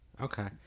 Okay